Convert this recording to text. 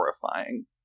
horrifying